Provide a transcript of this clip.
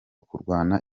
kurwana